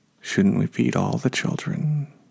shouldn't-we-feed-all-the-children